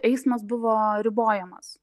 eismas buvo ribojamas